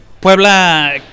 Puebla